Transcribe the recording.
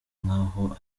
nk’aho